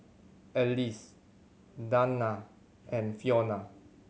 Alease Dayna and Fiona